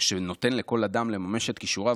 "שנותן לכל אדם לממש את כישוריו",